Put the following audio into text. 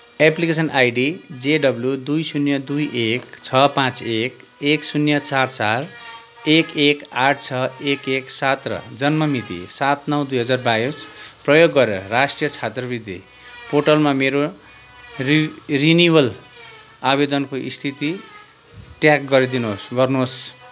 application ID JW दुई शून्य दुई एक छ पाँच एक एक शून्य चार चार एक एक आठ छ एक एक सात र जन्म मिति सात नौ दुई हजार बाइस प्रयोग गरेर राष्ट्रिय छात्रवृत्ति पोर्टलमा मेरो रिनिवल आवेदनको स्थिति ट्र्याक गरिदिनुहोस् गर्नुहोस्